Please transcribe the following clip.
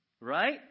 Right